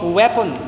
weapon